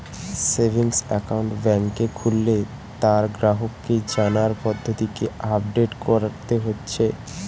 savings account বেংকে খুললে তার গ্রাহককে জানার পদ্ধতিকে আপডেট কোরতে হচ্ছে